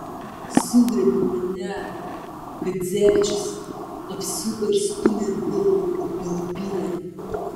sugriebė mane chadzevičius apsuko ir stūmė atgal į palapinę